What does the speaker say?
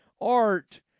Art